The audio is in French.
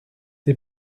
des